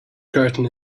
curtain